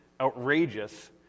outrageous